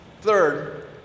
Third